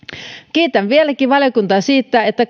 kiitän vieläkin valiokuntaa siitä että